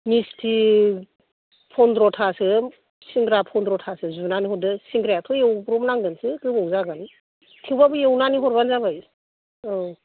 मिस्थि फन्द्रथासो सिंग्रा फन्द्रथासो जुनानै हरदो सिंग्रायाथ' एवब्रबनांगोनसो गोबाव जागोन थेवबाबो एवनानै हरबानो जाबाय औ